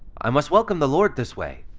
i must welcome the lord this way.